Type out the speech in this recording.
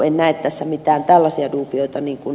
en näe tässä mitään sellaisia dubioita mitä ed